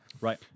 Right